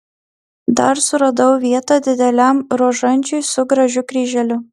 dar suradau vietą dideliam rožančiui su gražiu kryželiu